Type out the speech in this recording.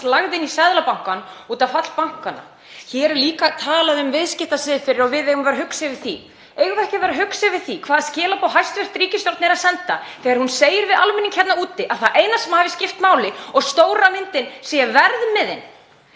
lagði inn í Seðlabankann út af falli bankanna? Hér er líka talað um viðskiptasiðferði og að við eigum að vera hugsi yfir því. Eigum við ekki að vera hugsi yfir því hvaða skilaboð hæstv. ríkisstjórn er að senda þegar hún segir við almenning hér úti að það eina sem hafi skipt máli og stóra myndin sé verðmiðinn?